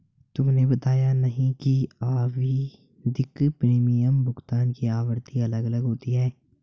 तुमने बताया नहीं कि आवधिक प्रीमियम भुगतान की आवृत्ति अलग अलग होती है